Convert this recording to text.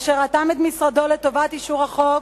אשר רתם את משרדו לטובת אישור החוק,